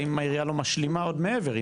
האם העירייה לא משלימה עוד מעבר,